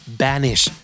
banish